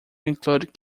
include